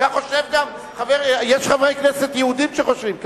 יש חברי כנסת יהודים שחושבים ככה.